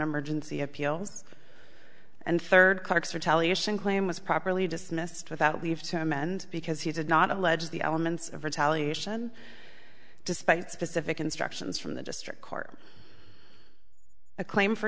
emergency appeals and third clark's retaliation claim was properly dismissed without leave to amend because he did not allege the elements of retaliation despite specific instructions from the district court a claim for